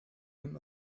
him